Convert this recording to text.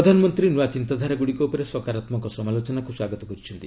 ପ୍ରଧାନମନ୍ତ୍ରୀ ନୂଆ ଚିନ୍ତାଧାରା ଗୁଡ଼ିକ ଉପରେ ସକାରାତ୍ମକ ସମାଲୋଚନାକୁ ସ୍ୱାଗତ କରିଛନ୍ତି